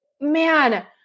man